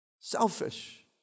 selfish